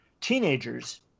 teenagers